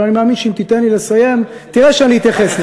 אבל אני מאמין שאם תיתן לי לסיים תראה שאני אתייחס לזה.